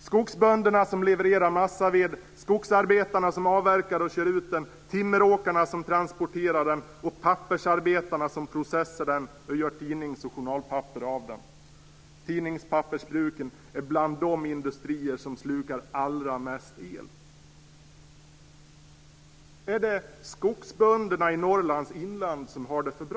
Skogsbönderna levererar massaved. Skogsarbetarna avverkar och kör ut veden. Timmeråkarna transporterar den och pappersarbetarna bearbetar den och gör tidnings och journalpapper av den. Tidningspappersbruken är bland de industrier som slukar allra mest el. Är det skogsbönderna i Norrlands inland som har det för bra?